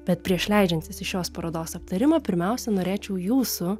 bet prieš leidžiantis į šios parodos aptarimą pirmiausia norėčiau jūsų